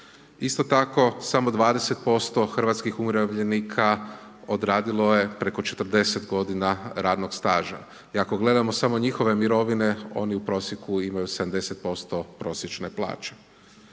Isto tako, samo 20% hrvatskih umirovljenika odradilo je preko 40 godina radnog staža. I ako gledamo samo njihove mirovine, oni u prosjeku imaju 70% prosječne plaće.